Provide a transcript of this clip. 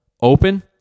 open